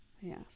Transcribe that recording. Yes